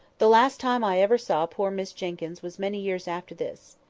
the last time i ever saw poor miss jenkyns was many years after this.